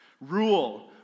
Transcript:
Rule